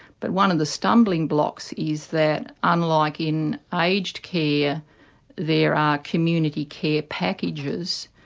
but one of the stumbling blocks is that unlike in aged care there are community care packages,